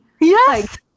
yes